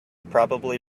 probably